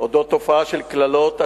על תופעה של קללות,